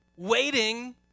Waiting